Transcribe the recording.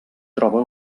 troba